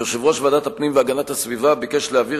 יושב-ראש ועדת הפנים והגנת הסביבה ביקש להעביר